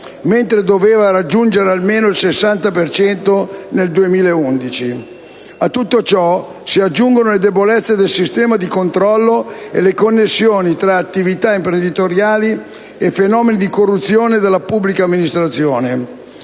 mentre doveva raggiungere almeno il 60 per cento nel 2011. A tutto ciò si aggiungono le debolezze del sistema di controllo e le connessioni tra attività imprenditoriali e fenomeni di corruzione della pubblica amministrazione.